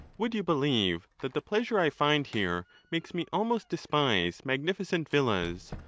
would you believe, that the pleasure i find here makes me almost despise magnificent villas,